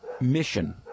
mission